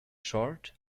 short